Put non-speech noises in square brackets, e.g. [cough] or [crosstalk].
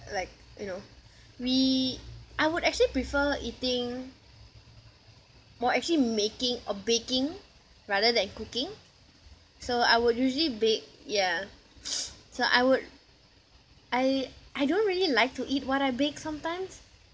like you know we I would actually prefer eating more actually making or baking rather than cooking so I will usually bake ya [breath] so I would I I don't really like to eat what I bake sometimes